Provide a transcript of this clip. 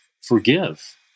forgive